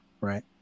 right